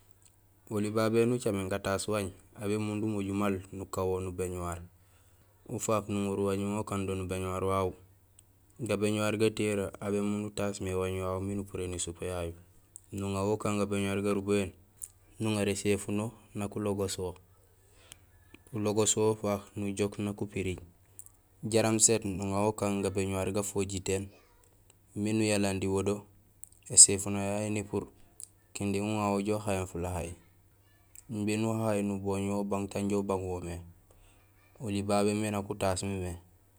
Oli babé néni ucaméén gataas waŋi, aw bémundum umojul maal nukaan mo nubéñuwar, ufaak nuŋorul wañi ukando nubéñuwar wawu, gabéñuwar gatiyoree aw bémunde utaas mé waañ wawu miin upuréén ésupee yayu nuŋa wo ukaan gabéñuwa garubahéén nuŋar éséfuno nak ulogoos wo, ulogoos wo ufaak ujook nak upiriij jaraam sét nuŋa wo ukaan gabéñuwar gufojitéén miin uyalandi wo do éséfuno yayu népuur kinding uŋa wo ujoow uhayéén fulahay imbi nuhahay nubooñ wo ubang taan inja ubang wo mé oli babé mé nak utaas mémé.